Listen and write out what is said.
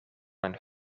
een